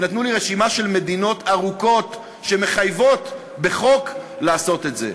ונתנו לי רשימה ארוכה של מדינות שמחייבות בחוק לעשות את זה.